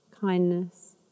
kindness